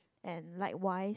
and likewise